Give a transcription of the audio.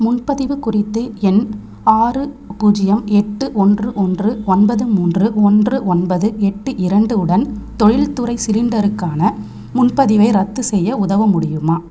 முன்பதிவு குறித்து எண் ஆறு பூஜ்யம் எட்டு ஒன்று ஒன்று ஒன்பது மூன்று ஒன்று ஒன்பது எட்டு இரண்டு உடன் தொழில்துறை சிலிண்டருக்கான முன்பதிவை ரத்து செய்ய உதவ முடியுமா